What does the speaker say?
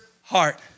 heart